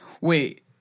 Wait